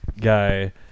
guy